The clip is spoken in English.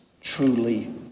truly